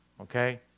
Okay